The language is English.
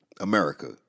America